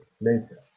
later